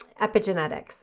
epigenetics